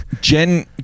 Jen